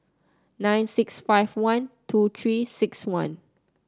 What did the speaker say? nine six five one two Three six one